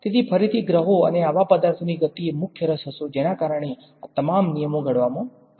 તેથી ફરીથી ગ્રહો અને આવા પદાર્થોની ગતિ એ મુખ્ય રસ હતો જેના કારણે આ તમામ નિયમો ઘડવામાં આવ્યા